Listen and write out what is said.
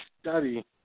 study